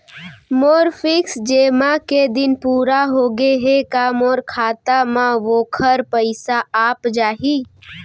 मोर fix जेमा के दिन पूरा होगे हे का मोर खाता म वोखर पइसा आप जाही?